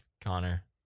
Connor